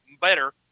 better